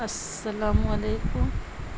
السلام علیکم